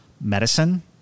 medicine